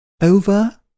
Over